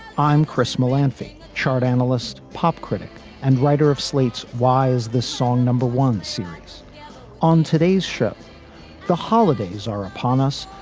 i'm chris melaniphy, chart analyst, pop critic and writer of slate's why is this song number one series on today's show the holidays are upon us,